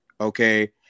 okay